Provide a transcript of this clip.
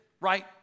right